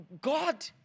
God